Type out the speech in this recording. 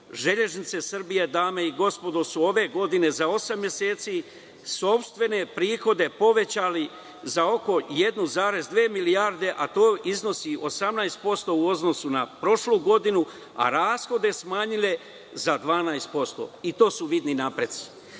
„Železnice Srbije“ su ove godine za osam meseci sopstvene prihode povećali za oko 1,2 milijarde, a to iznosi 18% u odnosu na prošlu godinu, a rashode smanjile za 12% i to su vidni napreci.